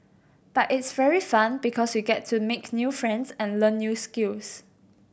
but it's very fun because we get to make new friends and learn new skills